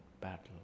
battle